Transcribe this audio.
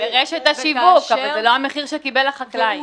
לרשת השיווק, אבל זה לא המחיר שקיבל החקלאי.